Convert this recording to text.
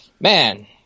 Man